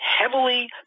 heavily